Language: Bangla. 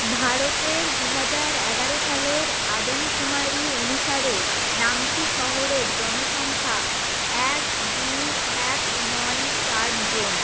ভারতের দু হাজার এগারো সালের আদমশুমারি অনুসারে নামচি শহরের জনসংখ্যা এক দুই এক নয় চারজন